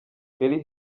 keri